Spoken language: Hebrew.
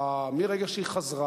מרגע שהיא חזרה,